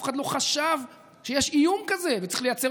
ואף אחד לא חשב שיש איום כזה וצריך לייצר